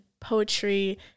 poetry